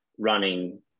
running